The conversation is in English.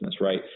right